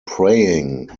praying